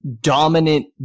Dominant